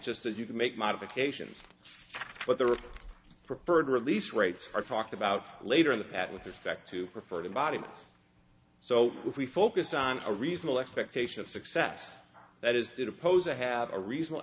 just that you can make modifications but there are preferred release rates or talked about later in the past with respect to refer to body parts so if we focus on a reasonable expectation of success that is that oppose i have a reasonable